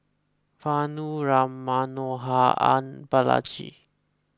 Vanu Ram Manohar and Balaji